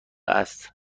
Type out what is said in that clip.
است